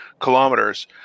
kilometers